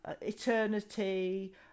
Eternity